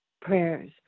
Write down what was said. prayers